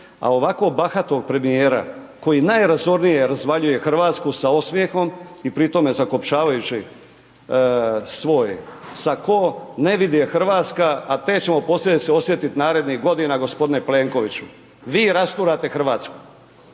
a ovako bahatog premijera koji najrazornije razvaljuje Hrvatsku sa osmjehom i pri tome zakopčavajući svoj sako ne vidi je Hrvatska a te ćemo posljedice osjetiti narednih godina g. Plenkovići. Vi rasturate Hrvatsku